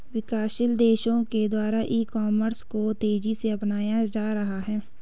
विकासशील देशों के द्वारा ई कॉमर्स को तेज़ी से अपनाया जा रहा है